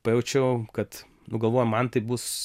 pajaučiau kad galvoju man tai bus